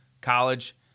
college